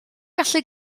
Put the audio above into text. gallu